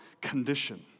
condition